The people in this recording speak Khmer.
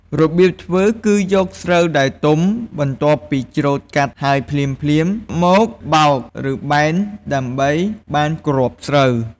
របៀបធ្វើគឺយកស្រូវដែលទុំ បន្ទាប់ពីច្រូតកាត់ហើយភ្លាមៗ មកបោក ឬបែនដើម្បីបានគ្រាប់ស្រូវ។